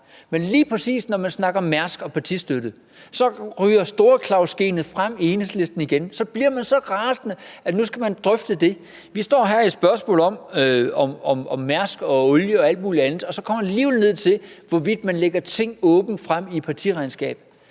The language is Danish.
Men lige præcis når man snakker Mærsk og partistøtte, kommer Store Klaus-genet op i Enhedslisten igen. Så bliver man så rasende, at nu skal man drøfte det. Vi står her med spørgsmål om Mærsk og olie og alt muligt andet, og så kommer det for Enhedslisten alligevel til at handle om, hvorvidt man lægger tingene åbent frem i et partiregnskab.